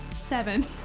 Seven